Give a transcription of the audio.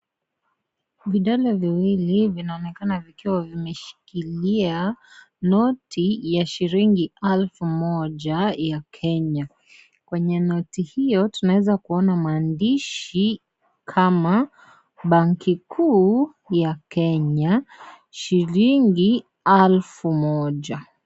Vidole viwili vinaonekana vikiwa vimeshikilia noti ya shilingi elfu moja ya Kenya. kwenye noti hiyo tunaweza kuona maandishi kama banki kuu ya Kenya shilingi elfu moja.